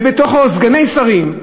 ובתוכו סגני שרים,